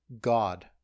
God